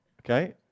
Okay